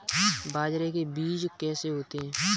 बाजरे के बीज कैसे होते हैं?